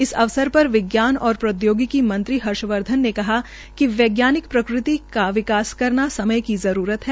इस अवसर पर विज्ञान और प्रौद्यागिकी मंत्री हर्षवर्धन ने कहा कि वैज्ञानिक प्रकृति का विकास करना समय की जरूरत है